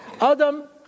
Adam